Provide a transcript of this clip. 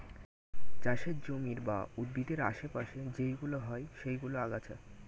চাষের জমির বা উদ্ভিদের আশে পাশে যেইগুলো হয় সেইগুলো আগাছা